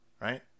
right